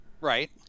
Right